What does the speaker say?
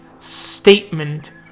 statement